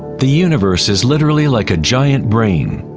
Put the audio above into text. the universe is literally like a giant brain.